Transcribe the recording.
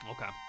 okay